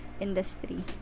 industry